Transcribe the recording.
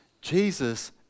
Jesus